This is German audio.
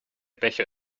becher